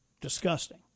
Disgusting